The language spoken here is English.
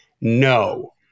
No